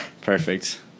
Perfect